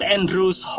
Andrews